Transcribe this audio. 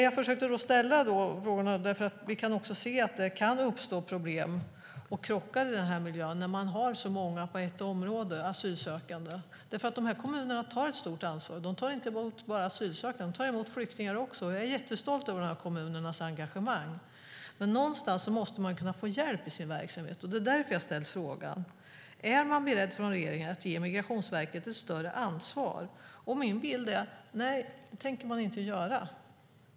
Jag försökte ställa frågor om detta eftersom vi kan se att det kan uppstå problem och krockar i denna miljö när man har så många asylsökande i ett område. Dessa kommuner tar ett stort ansvar. De tar inte bara emot asylsökande. De tar också emot flyktingar. Jag är jättestolt över kommunernas engagemang. Men någonstans måste de kunna få hjälp i sin verksamhet. Det är därför jag har ställt frågan: Är regeringen beredd att ge Migrationsverket större ansvar? Min bild är: Nej, det tänker den inte göra.